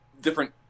different